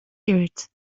oiread